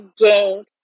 gained